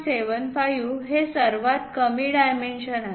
75 हे सर्वात कमी डायमेन्शन आहे